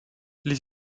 les